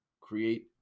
create